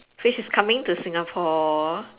which is coming to Singapore